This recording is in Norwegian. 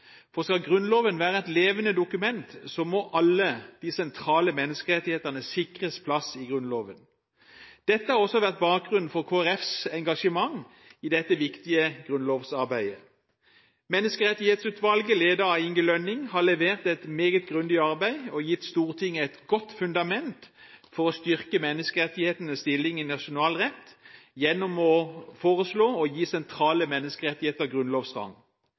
For skal Grunnloven være et levende dokument, må alle de sentrale menneskerettighetene sikres plass. Dette har også vært bakgrunnen for Kristelig Folkepartis engasjement i dette viktige grunnlovsarbeidet. Menneskerettighetsutvalget, ledet av Inge Lønning, har levert et meget grundig arbeid og gitt Stortinget et godt fundament for å styrke menneskerettighetenes stilling i nasjonal rett gjennom å foreslå å gi sentrale menneskerettigheter